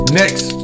next